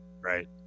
Right